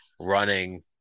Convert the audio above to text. running